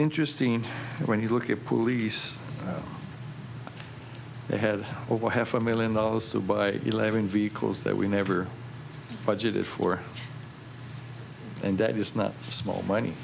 interesting when you look at police they had over half a million dollars to buy eleven vehicles that we never budgeted for and that is not small